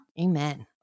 Amen